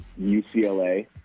UCLA